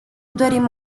dorim